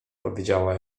powiedziała